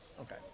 Okay